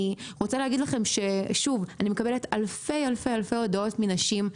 אני רוצה להגיד לכם שאני מקבלת אלפי-אלפי הודעות מנשים,